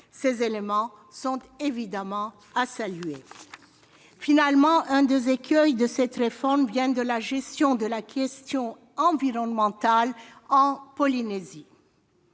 Ces éléments doivent évidemment être salués. Finalement, l'un des écueils de cette réforme tient à la gestion de la question environnementale en Polynésie.